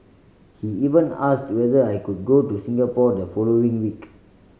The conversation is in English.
he even asked whether I could go to Singapore the following week